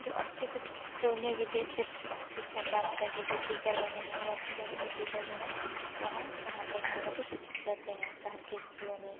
जो अच्छे से जो उन्हे विदेश से सिक्षा प्राप्त कर के जो टीचर बने हैं वो अच्छी लेवल के टीचर जो है वहाँ पढ़ाते हैं उन लोगों को सिक्षित करते हैं शहर के स्कूलों में